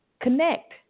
connect